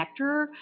connector